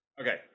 okay